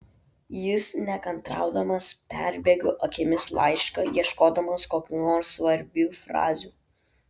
jis nekantraudamas perbėgo akimis laišką ieškodamas kokių nors svarbių frazių